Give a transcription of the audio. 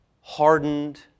hardened